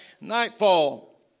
Nightfall